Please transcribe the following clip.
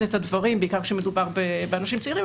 את הדברים כמה שיותר בעיקר כשמדובר באנשים צעירים,